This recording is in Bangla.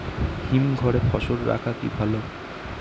হিমঘরে ফসল রাখা কি ভালো?